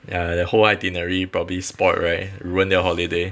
ya the whole itinerary probably spoilt right ruin their holiday